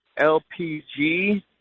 LPG